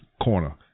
corner